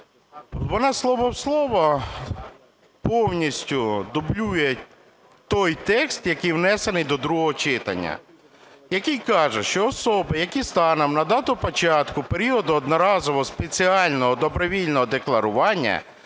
Вона слово-в-слово повністю дублює той текст, який внесений до другого читання, який каже, що особи, які станом на дату початку періоду одноразового спеціального добровільного декларування